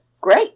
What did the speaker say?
Great